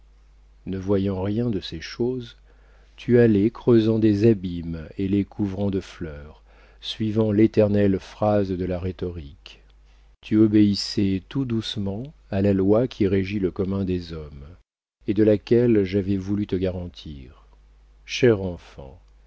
ne voyant rien de ces choses tu allais creusant des abîmes et les couvrant de fleurs suivant l'éternelle phrase de la rhétorique tu obéissais tout doucement à la loi qui régit le commun des hommes et de laquelle j'avais voulu te garantir cher enfant